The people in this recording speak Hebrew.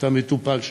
את המטופל שלו.